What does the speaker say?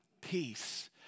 Peace